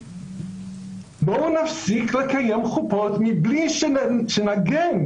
בואו נפסיק לקיים חופות מבלי שנגן,